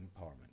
empowerment